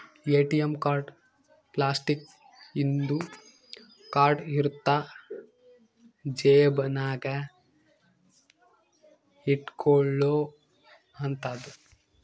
ATM card plastic ಇಂದು card ಇರುತ್ತ ಜೇಬ ನಾಗ ಇಟ್ಕೊಲೊ ಅಂತದು